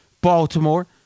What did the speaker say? Baltimore